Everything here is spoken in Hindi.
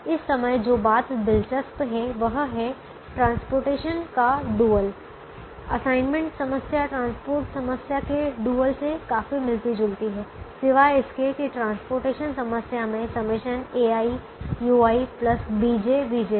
इस समय जो बात दिलचस्प है वह है ट्रांसपोर्टेशन का डुअल असाइनमेंट समस्या ट्रांसपोर्ट समस्या के डुअल से काफी मिलती जुलती है सिवाय इसके कि ट्रांसपोर्टेशन समस्या में ∑ aiui bjvj था